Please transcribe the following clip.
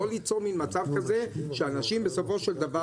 לא ליצור מן מצב כזה שאנשים בסופו של דבר,